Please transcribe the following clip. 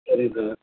சரிங்க சார்